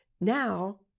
Now